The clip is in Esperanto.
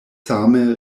same